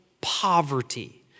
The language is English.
poverty